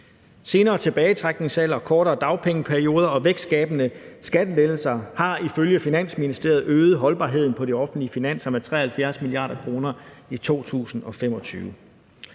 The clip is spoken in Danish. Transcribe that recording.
Senere tilbagetrækningsalder, kortere dagpengeperiode og vækstskabende skattelettelser vil ifølge Finansministeriet øge holdbarheden på de offentlige finanser med 73 mia. kr. i 2025.